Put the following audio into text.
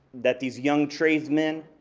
that these young tradesman,